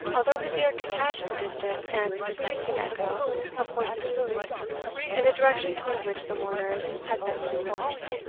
although his ear could catch the distant and decreasing echo of horses' hoofs in the direction towards which the mourners had bent their course.